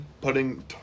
putting